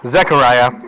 Zechariah